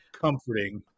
comforting